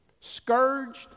scourged